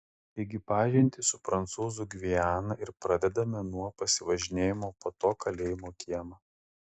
taigi pažintį su prancūzų gviana ir pradedame nuo pasivažinėjimo po to kalėjimo kiemą